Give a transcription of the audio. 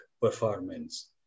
performance